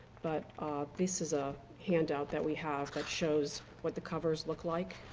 but this is a handout that we have that shows what the covers look like